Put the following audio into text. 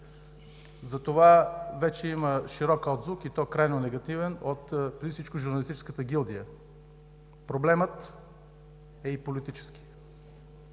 затова вече има широк отзвук, и то крайно негативен, от преди всичко журналистическата гилдия. Проблемът е и политически.